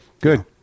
good